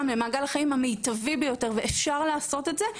למעגל החיים המיטבי ביותר ואפשר לעשות את זה,